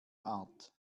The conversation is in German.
art